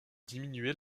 diminuer